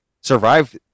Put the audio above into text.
survive